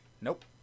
Nope